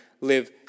live